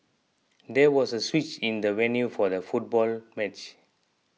there was a switch in the venue for the football match